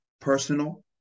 personal